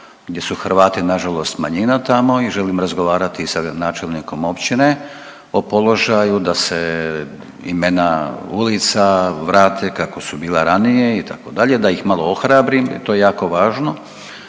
Hrvati nažalost manjina tamo i želim razgovarati sa gradonačelnikom općine o položaju da se imena ulica vrate kako su bila ranije, da ih malo ohrabrim jer to je jako važno.